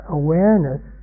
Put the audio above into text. awareness